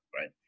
right